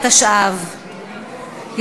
התשע"ו 2015,